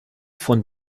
von